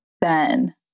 Ben